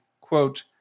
quote